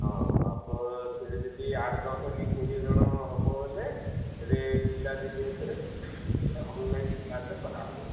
ହଁ ଆପଣଙ୍କ ସେଠି ଯଦି ଆଠ ଦଶ କି କୋଡ଼ିଏ ଜଣ ହେବେ ବୋଲେ ସେଠି ପିଲା ଯଦି ହେବେ ହେଲେ ଅନଲାଇନ୍ କ୍ଲାସ୍ କରାହବ